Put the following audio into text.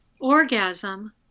orgasm